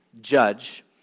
judge